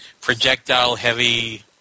projectile-heavy